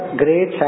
great